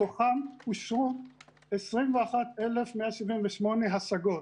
מתוכם אושרו 21,878 השגות.